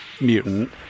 mutant